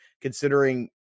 considering